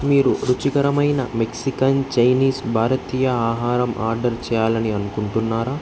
మీరు రుచికరమైన Mexican Chinese భారతీయ ఆహారం ఆర్డర్ చేయాలని అనుకుంటున్నారా